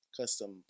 custom